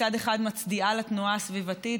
מצד אחד מצדיעה לתנועה הסביבתית,